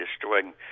destroying